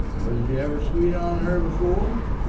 was you ever sweet on her before?